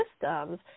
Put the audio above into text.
systems